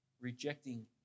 rejecting